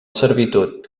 servitud